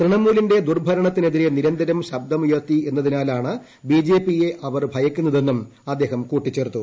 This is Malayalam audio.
തൃണമുലിന്റെ ദുർഭുർണത്തിനെതിരെ നിരന്തരം ശബ്ദമുയർത്തുന്നതിനാലാണ് ബിജെപിയെ അവർ ഭയക്കുന്നതെന്നും അദ്ദേഹ്ഗം കൂട്ടിച്ചേർത്തു